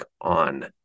on